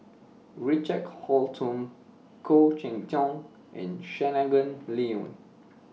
Richard Holttum Khoo Cheng Tiong and Shangguan Liuyun